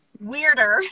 Weirder